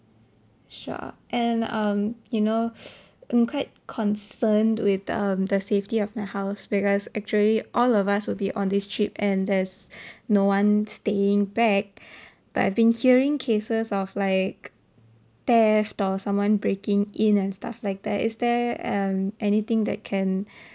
sure and um you know I'm quite concerned with um the safety of my house because actually all of us will be on this trip and there's no one staying back but I've been hearing cases of like theft or someone breaking in and stuff like that is there um anything that can